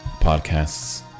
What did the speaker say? podcasts